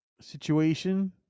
situation